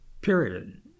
period